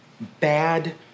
bad